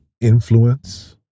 influence